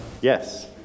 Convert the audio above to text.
Yes